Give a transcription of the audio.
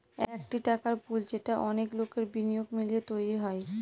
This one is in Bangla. একটি টাকার পুল যেটা অনেক লোকের বিনিয়োগ মিলিয়ে তৈরী হয়